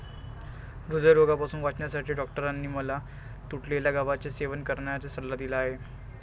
हृदयरोगापासून वाचण्यासाठी डॉक्टरांनी मला तुटलेल्या गव्हाचे सेवन करण्याचा सल्ला दिला आहे